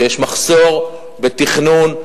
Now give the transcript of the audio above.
שבו יש מחסור בתכנון,